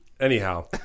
Anyhow